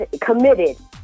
committed